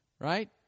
Right